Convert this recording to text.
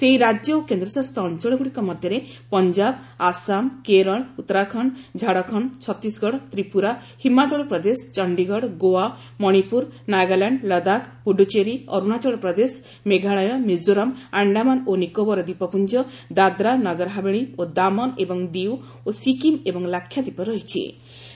ସେହି ରାଜ୍ୟ ଓ କେନ୍ଦ୍ରଶାସିତ ଅଞ୍ଚଳ ଗୁଡ଼ିକ ମଧ୍ୟରେ ପଞ୍ଜାବ ଆସାମ କେରଳ ଉତ୍ତରାଖଣ୍ଡ ଝାଡ଼ଖଣ୍ଡ ଛତିଶଗଡ ତ୍ରିପୁରା ହିମାଚଳପ୍ରଦେଶ ଚଣ୍ଡିଗଡ ଗୋଆ ମଣିପୁର ନାଗାଲାଣ୍ଡ ଲଦାଖ ପୁଡ଼ୁଚେରୀ ଅରୁଣାଚଳପ୍ରଦେଶ ମେଘାଳୟ ମିକୋରାମ୍ ଆଶ୍ଡାମାନ୍ ଓ ନିକୋବର ଦ୍ୱୀପପୁଞ୍ଜ ଦାଦ୍ରା ନଗରହାବେଳୀ ଓ ଦାମନ୍ ଏବଂ ଡିଉ ଓ ସିକିମ୍ ଏବଂ ଲାକ୍ଷାଦ୍ୱୀପ ରହିଛି କରିବେ